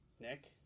Nick